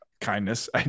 kindness